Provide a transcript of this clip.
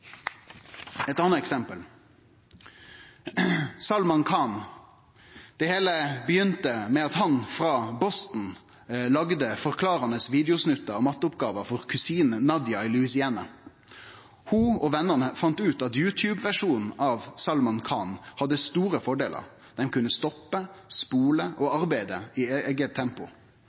Eit anna eksempel er Salman Khan. Det heile begynte med at han frå Boston laga forklarande videosnuttar og matteoppgåver for kusina Nadia i Louisiana. Ho og vennene fann ut at YouTube-versjonen av Salman Khan hadde store fordelar. Ein kunne stoppe, spole og arbeide i eige tempo.